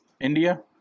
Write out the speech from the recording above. India